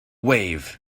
wave